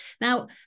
Now